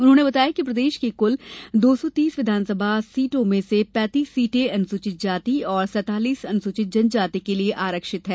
उन्होंने बताया कि प्रदेश की कुल दो सौ तीस विधानसभा सीटों में से पैंतीस सीटें अनुसूचित जाति और सैतालीस अनुसूचित जनजाति के लिए आरक्षित है